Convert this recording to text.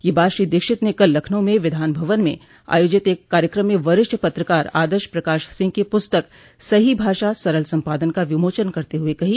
यह बात श्री दीक्षित ने कल लखनऊ में विधान भवन में आयोजित एक कार्यक्रम में वरिष्ठ पत्रकार आदर्श प्रकाश सिंह की प्रस्तक सही भाषा सरल सम्पादन का विमोचन करते हुए कही